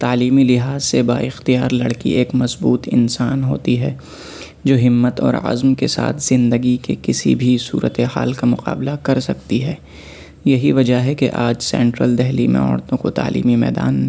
تعلیمی لحاظ سے با اختیار لڑکی ایک مضبوط انسان ہوتی ہے جو ہمت اور عزم کے ساتھ زندگی کے کسی بھی صورتِحال کا مقابلہ کر سکتی ہے یہی وجہ ہے کہ آج سنٹرل دہلی میں عورتوں کو تعلیمی میدان